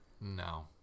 no